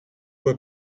were